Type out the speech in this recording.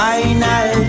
Final